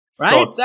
right